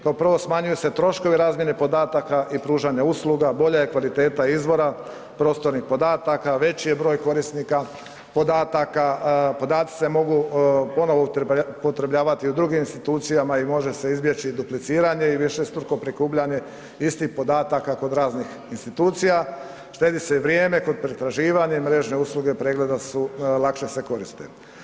Kao prvo smanjuju se troškovi razmjene podataka i pružanja usluga, bolja je kvaliteta izvora prostornih podataka, veći je broj korisnika podataka, podaci se mogu ponovo upotrebljavati u drugim institucijama i može se izbjeći dupliciranje i višestruko prikupljanje istih podataka kod raznih institucija, štedi se i vrijeme kod pretraživanja i mrežne usluge pregleda su, lakše se koriste.